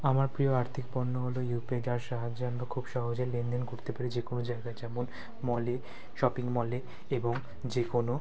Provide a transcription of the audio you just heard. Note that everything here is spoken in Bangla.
আমার প্রিয় আর্থিক পণ্য হলো ইউপিআই যার সাহায্যে আমরা খুব সহজে লেনদেন করতে পারি যে কোনো জায়গায় যেমন মলে শপিং মলে এবং যে কোনো